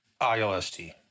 ILST